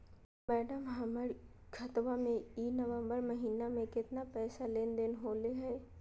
madam, हमर खाता में ई नवंबर महीनमा में केतना के लेन देन होले है